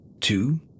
two